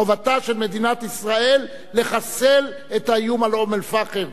חובתה של מדינת ישראל לחסל את האיום על אום-אל-פחם